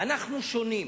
אנחנו שונים.